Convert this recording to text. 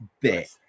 bit